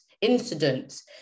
incidents